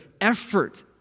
effort